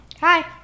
Hi